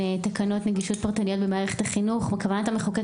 בתקנות נגישות פרטניות במערכת החינוך כוונת המחוקק